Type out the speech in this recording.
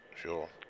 Sure